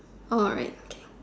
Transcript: alright okay